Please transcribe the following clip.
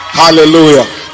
hallelujah